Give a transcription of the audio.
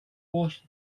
washed